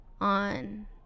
on